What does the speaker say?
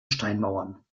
steinmauern